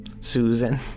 Susan